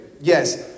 Yes